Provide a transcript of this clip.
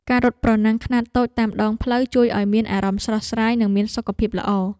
ការរត់ប្រណាំងខ្នាតតូចតាមដងផ្លូវ ជួយឱ្យមានអារម្មណ៍ស្រស់ស្រាយ និងមានសុខភាពល្អ។